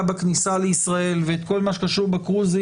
בכניסה לישראל וכל מה שקשור ב-קרוזים,